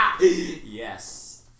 Yes